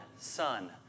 son